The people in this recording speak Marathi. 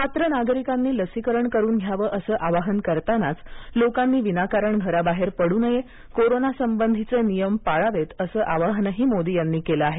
पात्र नागरिकांनी लसीकरण करून घ्यावं असं आवाहन करतानाच लोकांनी विनाकारण घराबाहेर पडू नये कोरोना संबधीचे नियम पाळावेत असं आवाहनही मोदी यांनी केलं आहे